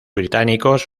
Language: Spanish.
británicos